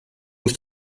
ist